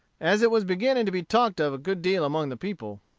as it was beginning to be talked of a good deal among the people.